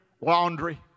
laundry